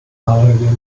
ariel